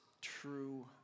true